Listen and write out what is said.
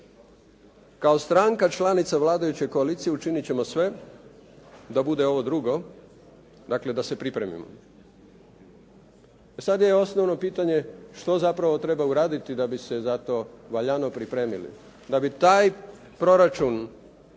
Kao stranka članica vladajuće koalicije učiniti ćemo sve da bude ovo drugo, dakle, da se pripremimo. Sada je osnovno pitanje što zapravo treba uraditi da bi se za to valjano pripremili. Da bi taj proračun